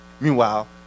meanwhile